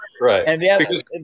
Right